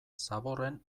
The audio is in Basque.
zaborren